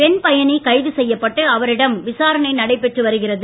பெண் பயணி கைது செய்யப்பட்டு அவரிடம் விசாரணை நடைபெற்று வருகிறது